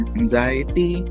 anxiety